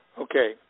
Okay